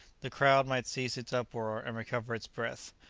the crowd might cease its uproar, and recover its breath.